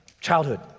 childhood